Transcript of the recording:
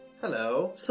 Hello